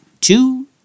two